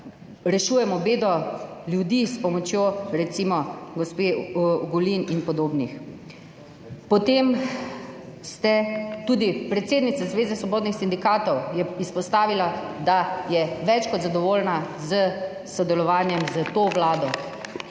rešujemo bedo ljudi s pomočjo recimo gospe Ogulin in podobnih. Potem, tudi predsednica Zveze svobodnih sindikatov je izpostavila, da je več kot zadovoljna s sodelovanjem s to vlado,